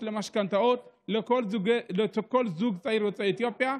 למשכנתאות לכל זוג צעיר יוצא אתיופיה.